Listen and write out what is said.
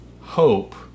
hope